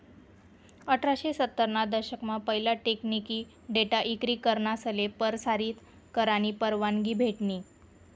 अठराशे सत्तर ना दशक मा पहिला टेकनिकी डेटा इक्री करनासले परसारीत करानी परवानगी भेटनी